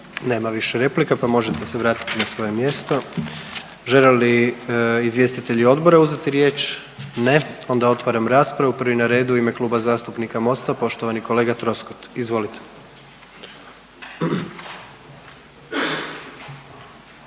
nema više replika pa možete se vratiti na svoje mjesto. Žele li izvjestitelji odbora uzeti riječ? Ne. Onda otvaram raspravu. Prvi na redu u ime Kluba zastupnika MOST-a poštovani kolega Troskot. Izvolite.